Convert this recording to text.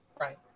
Right